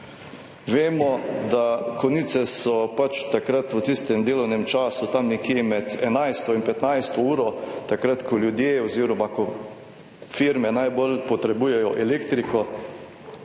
Vemo, da Konice so pač takrat v tistem delovnem času, tam nekje med enajsto in petnajsto uro, takrat, ko ljudje oziroma ko firme najbolj potrebujejo elektriko.